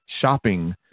shopping